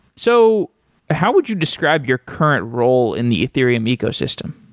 so how would you describe your current role in the ethereum ecosystem?